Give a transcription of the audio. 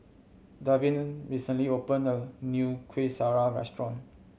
Davin recently opened a new Kuih Syara restaurant